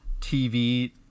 TV